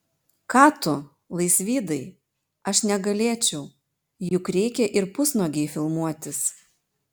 ką tu laisvydai aš negalėčiau juk reikia ir pusnuogei filmuotis